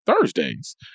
Thursdays